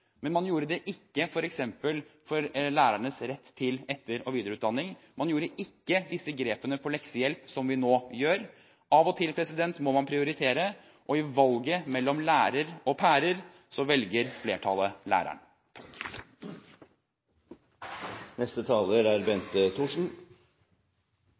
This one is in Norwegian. men man gjorde det ikke f.eks. for lærerens rett til etter- og videreutdanning, man gjorde ikke disse grepene innen leksehjelp som vi nå gjør. Av og til må man prioritere, og i valget mellom lærer og pærer, så velger flertallet læreren. Først vil jeg takke saksordføreren for å ha redegjort for saken. De fleste lovendringsforslagene er